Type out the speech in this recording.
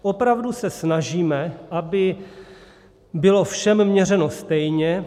Opravdu se snažíme, aby bylo všem měřeno stejně.